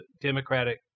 Democratic